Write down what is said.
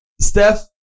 Steph